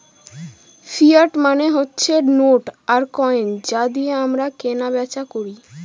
fiat মানে হচ্ছে note আর কয়েন যা দিয়ে আমরা কেনা বেচা করি